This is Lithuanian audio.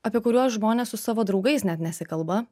apie kuriuos žmonės su savo draugais net nesikalba